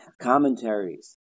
commentaries